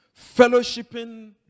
fellowshipping